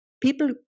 people